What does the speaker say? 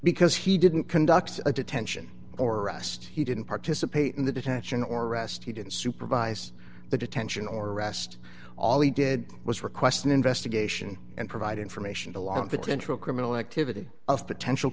because he didn't conduct a detention or arrest he didn't participate in the detention or arrest he didn't supervise the detention or arrest all he did was request an investigation and provide information to long to control criminal activity of potential